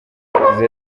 yagize